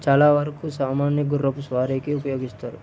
చాలా వరకు సామాన్య గుర్రపు స్వారీకి ఉపయోగిస్తారు